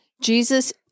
Jesus